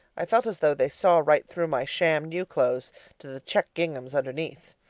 i felt as though they saw right through my sham new clothes to the checked ginghams underneath.